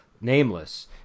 Nameless